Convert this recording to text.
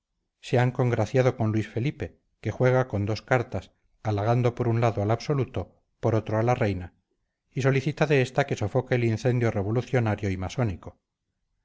se han congraciado con luis felipe que juega con dos cartas halagando por un lado al absoluto por otro a la reina y solicita de esta que sofoque el incendio revolucionario y masónico